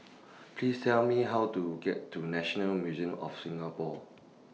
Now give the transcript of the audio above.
Please Tell Me How to get to National Museum of Singapore